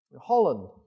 Holland